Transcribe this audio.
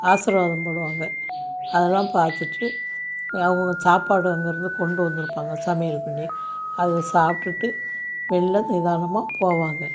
ஆசீர்வாதம் பண்ணுவாங்க அதெல்லாம் பார்த்துட்டு அவங்க சாப்பாடு அங்கே இருந்து கொண்டு வந்துருப்பாங்க சமையல் பண்ணி அதை சாப்பிட்டுட்டு மெல்ல நிதானமாக போவாங்க